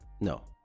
No